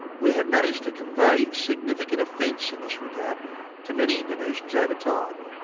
we have managed to convey significant offence in this regard to many indonesians over time.